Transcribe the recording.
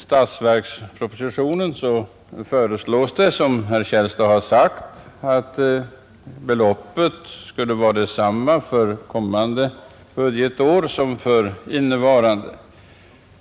statsverkspropositionen föreslås det, som herr Källstad har sagt, att anslagsbeloppet skulle vara detsamma för kommande budgetår som för innevarande.